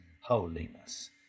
holiness